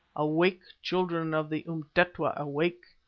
awake, children of the umtetwa, awake!